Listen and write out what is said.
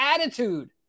attitude